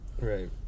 Right